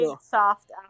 soft